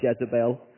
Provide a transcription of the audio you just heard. Jezebel